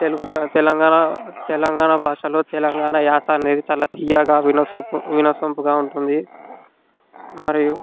తెలుగు చాలా తెలంగాణ తెలంగాణ భాషలో తెలంగాణ యాస అనేది చాలా తియ్యగా వినసోంప్ వినసొంపుగా ఉంటుంది మరియు